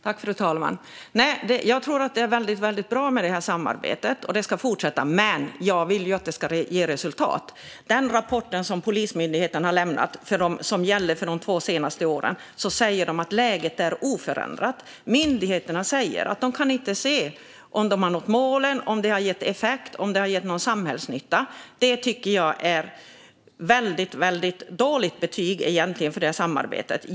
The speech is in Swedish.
Fru talman! Nej, jag tror att det är väldigt bra med detta samarbete, och det ska fortsätta. Men jag vill att det ska ge resultat. I den rapport som Polismyndigheten har lämnat, som gäller de två senaste åren, säger de att läget är oförändrat. Myndigheterna säger att de inte kan se om de har nått målen, om det har gett effekt och om det har gett någon samhällsnytta. Det tycker jag är ett väldigt dåligt betyg på det samarbetet.